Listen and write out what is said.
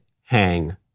hang